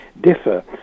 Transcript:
differ